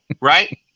right